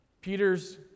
Peter's